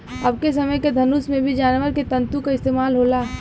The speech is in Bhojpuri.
अबके समय के धनुष में भी जानवर के तंतु क इस्तेमाल होला